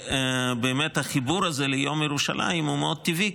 ובאמת החיבור הזה ליום ירושלים הוא מאוד טבעי,